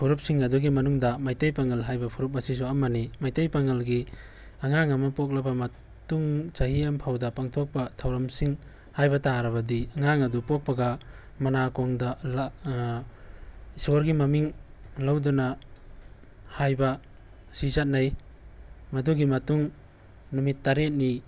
ꯐꯨꯔꯨꯞꯁꯤꯡ ꯑꯗꯨꯒꯤ ꯃꯅꯨꯡꯗ ꯃꯩꯇꯩ ꯄꯥꯉꯜ ꯍꯥꯏꯕ ꯐꯨꯔꯨꯞ ꯑꯁꯤꯁꯨ ꯑꯃꯅꯤ ꯃꯩꯇꯩ ꯄꯥꯉꯜꯒꯤ ꯑꯉꯥꯡ ꯑꯃ ꯄꯣꯛꯂꯕ ꯃꯇꯨꯡ ꯆꯍꯤ ꯑꯃ ꯐꯥꯎꯗ ꯄꯥꯡꯊꯣꯛꯄ ꯊꯧꯔꯝꯁꯤꯡ ꯍꯥꯏꯕ ꯇꯥꯔꯕꯗꯤ ꯑꯉꯥꯡ ꯑꯗꯨ ꯄꯣꯛꯄꯒ ꯃꯅꯥꯀꯣꯡꯗ ꯏꯁꯣꯔꯒꯤ ꯃꯃꯤꯡ ꯂꯧꯗꯨꯅ ꯍꯥꯏꯕ ꯑꯁꯤ ꯆꯠꯅꯩ ꯃꯗꯨꯒꯤ ꯃꯇꯨꯡ ꯅꯨꯃꯤꯠ ꯇꯔꯦꯠꯅꯤ